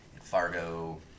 Fargo